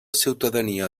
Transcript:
ciutadania